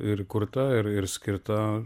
ir kurta ir ir skirta